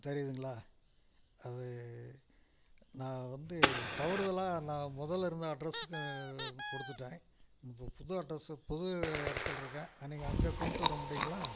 தெரியுதுங்களா அது நான் வந்து தவறுதலாக நான் முதல்ல இருந்த அட்ரஸ்ஸுக்கு கொடுத்துட்டேன் இப்போது புது அட்ரஸ்ஸு புது இடத்துல இருக்கேன் நீங்கள் அங்கே கொண்டு வர முடியுங்களா